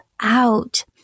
out